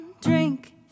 drink